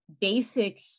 basic